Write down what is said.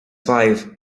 five